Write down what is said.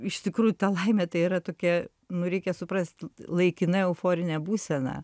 iš tikrųjų ta laimė tai yra tokia nu reikia suprast laikina euforinė būsena